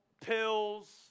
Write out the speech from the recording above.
pills